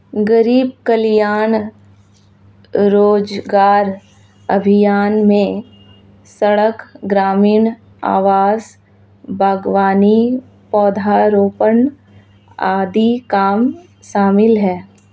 गरीब कल्याण रोजगार अभियान में सड़क, ग्रामीण आवास, बागवानी, पौधारोपण आदि काम शामिल है